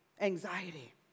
anxiety